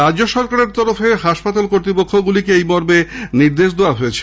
রাজ্য সরকারের তরফে হাসপাতাল কর্তৃপক্ষগুলিকে এই মর্মে নির্দেশ দেওয়া হয়েছে